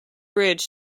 bridge